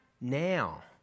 now